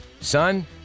son